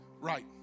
right